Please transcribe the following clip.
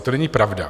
To není pravda!